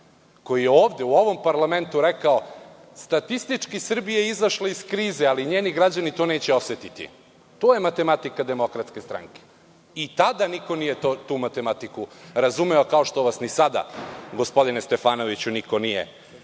koji je ovde u ovom parlamentu rekao – statistički, Srbija je izašla iz krize ali njeni građani neće to osetiti. To je matematika DS i tada niko tu matematiku nije razumeo, kao što vas ni sada, gospodine Stefanoviću, niko nije